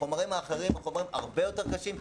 החומרים האחרים הם חומרים הרבה יותר קשים.